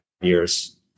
years